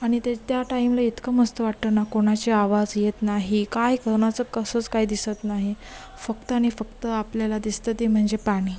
आणि ते त्या टाईमला इतकं मस्त वाटतं ना कोणाचे आवाज येत नाही काय कोणाचं कसंच काय दिसत नाही फक्त आणि फक्त आपल्याला दिसतं ते म्हणजे पाणी